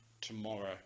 tomorrow